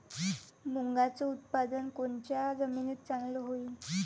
मुंगाचं उत्पादन कोनच्या जमीनीत चांगलं होईन?